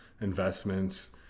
investments